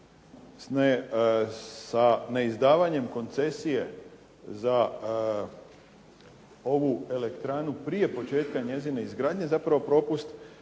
sa neizdavanjem koncesije za ovu elektranu prije početka njezine izgradnje zapravo propust